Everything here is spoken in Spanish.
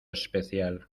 especial